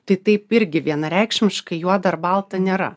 tai taip irgi vienareikšmiškai juoda ar balta nėra